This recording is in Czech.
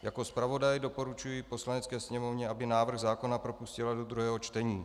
Jako zpravodaj doporučuji Poslanecké sněmovně, aby návrh zákona propustila do druhého čtení.